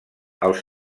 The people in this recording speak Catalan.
els